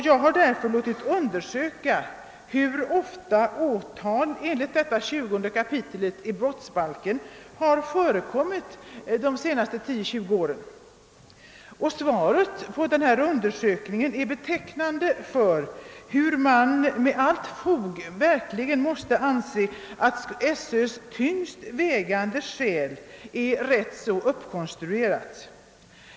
Jag har därför låtit undersöka hur ofta åtal enligt detta kapitel i brottsbalken förekommit under de senaste tio, tjugo åren. Resultatet av denna undersökning visar, att SöÖ:s tyngst vägande skäl är rätt så uppkonstruerat.